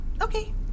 okay